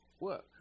work